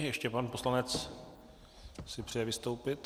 Ještě pan poslanec si přeje vystoupit.